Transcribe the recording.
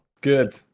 good